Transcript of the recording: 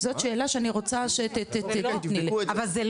זאת שאלה שאני רוצה שתבדקו לי.